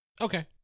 Okay